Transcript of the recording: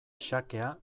xakea